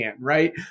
right